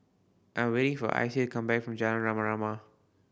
I'm waiting for Icy to come back from Jalan Rama Rama